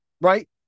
right